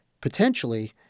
potentially